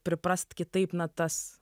priprast kitaip natas